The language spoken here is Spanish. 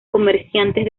comerciantes